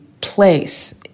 place